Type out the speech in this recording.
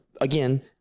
again